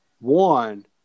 one